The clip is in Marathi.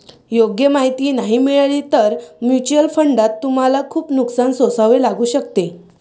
योग्य माहिती मिळाली नाही तर म्युच्युअल फंडात तुम्हाला खूप नुकसान सोसावे लागू शकते